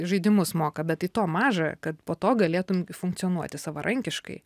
žaidimus moka bet tai to maža kad po to galėtum funkcionuoti savarankiškai